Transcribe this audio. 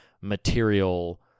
material—